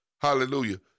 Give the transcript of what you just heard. Hallelujah